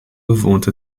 wohnte